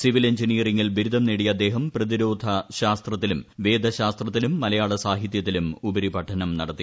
civil എഞ്ചിനീയറിംഗിൽ ബിരുദം നേടിയ അദ്ദേഹം പ്രതിരോധ ശാസ്ത്രത്തിലും വേദശാസ്ത്രത്തിലും മലയാള സാഹിതൃത്തിലും ഉപരിപഠനം നടത്തി